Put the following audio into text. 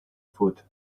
foot